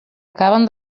acaben